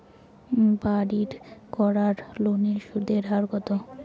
বাড়ির করার লোনের সুদের হার কত?